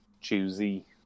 choosy